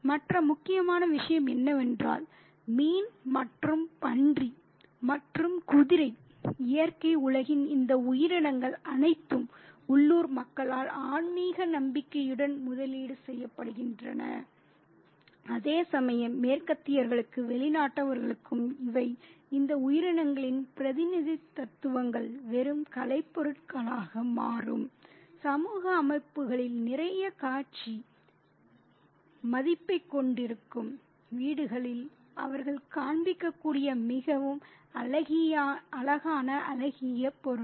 மற்ற முக்கியமான விஷயம் என்னவென்றால் மீன் மற்றும் பன்றி மற்றும் குதிரை இயற்கை உலகின் இந்த உயிரினங்கள் அனைத்தும் உள்ளூர் மக்களால் ஆன்மீக நம்பிக்கையுடன் முதலீடு செய்யப்படுகின்றன அதேசமயம் மேற்கத்தியர்களுக்கு வெளிநாட்டவர்களுக்கு இவை இந்த உயிரினங்களின் பிரதிநிதித்துவங்கள் வெறும் கலைப் பொருட்களாக மாறும் சமூக அமைப்புகளில் நிறைய காட்சி மதிப்பைக் கொண்டிருக்கும் வீடுகளில் அவர்கள் காண்பிக்கக்கூடிய மிகவும் அழகானஅழகியல் பொருள்கள்